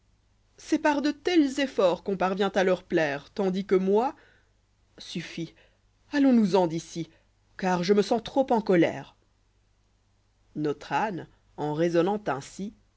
c'est par de tels efforts qu'on parvient à leur plaire tandis que moi suffit allons-nous-en d'ici car je me sens trop en colère notre âne en rais onna nt ainsi